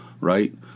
right